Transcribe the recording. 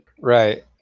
Right